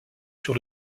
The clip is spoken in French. sur